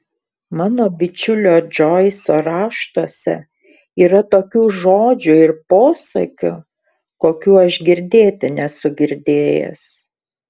mano bičiulio džoiso raštuose yra tokių žodžių ir posakių kokių aš girdėti nesu girdėjęs